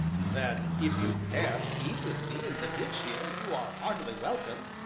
then, if you care to eat with me in the ditch here, you are heartily welcome,